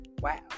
wow